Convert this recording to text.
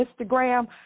Instagram